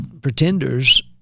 pretenders